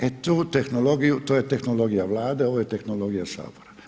E tu tehnologiju, to je tehnologija Vlade ovo je tehnologija sabora.